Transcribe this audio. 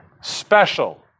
special